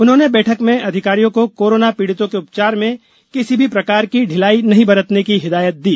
उन्होंने बैठक में अधिकारियों को कोरोना पीड़ितों के उपचार में किसी भी प्रकार की ढिलाई नहीं बरतने की हिदायत दी